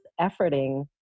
efforting